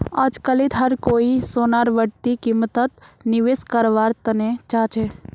अजकालित हर कोई सोनार बढ़ती कीमतत निवेश कारवार तने चाहछै